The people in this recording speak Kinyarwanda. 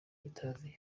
interview